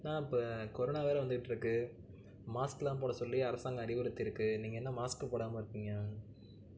அண்ணா இப்போ கொரோனா வேற வந்துக்கிட்டிருக்கு மாஸ்க்குலாம் போட சொல்லி அரசாங்கம் அறிவுறுத்திருக்கு நீங்கள் இன்னும் மாஸ்க் போடாமல் இருக்கீங்க